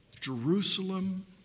Jerusalem